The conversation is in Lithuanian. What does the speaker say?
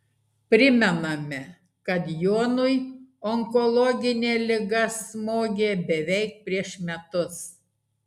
primename kad jonui onkologinė liga smogė beveik prieš metus